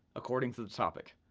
according to the topic.